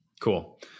Cool